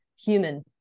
human